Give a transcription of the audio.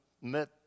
met